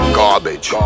garbage